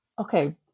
Okay